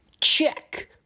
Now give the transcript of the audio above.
check